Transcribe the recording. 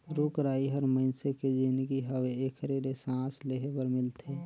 रुख राई हर मइनसे के जीनगी हवे एखरे ले सांस लेहे बर मिलथे